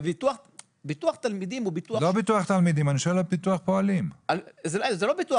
ביטוח תלמידים הוא ביטוח --- לא ביטוח תלמידים,